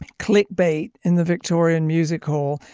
click bait in the victorian music hall